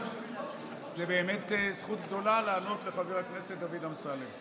זאת באמת זכות גדולה לענות לחבר הכנסת דוד אמסלם.